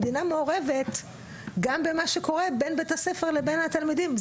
המדינה מעורבת גם בין מה שקורה בין בית הספר לבין התלמידים.